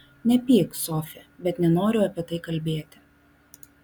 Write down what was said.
nepyk sofi bet nenoriu apie tai kalbėti